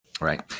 Right